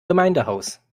gemeindehaus